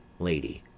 lady.